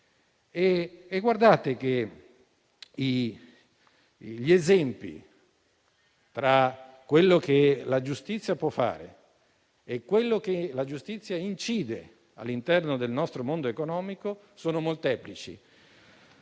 di tutti. Gli esempi su quello che la giustizia può fare e quanto la giustizia incide all'interno del nostro mondo economico sono molteplici.